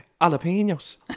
jalapenos